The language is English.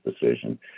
decision